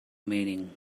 meaning